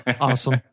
Awesome